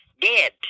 Dead